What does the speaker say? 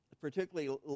Particularly